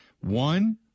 One